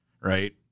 right